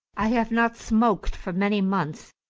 i have not smoked for many months,